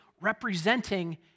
representing